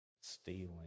stealing